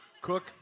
Cook